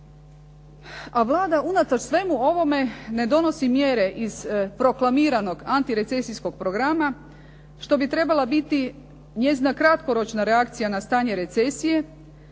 A Vlada unatoč svemu ovome ne donosi mjere iz proklamiranog antirecesijskog programa što bi trebala biti njezina kratkoročna reakcija na stanje recesije